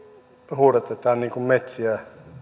huudatetaan metsiä